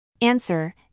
Answer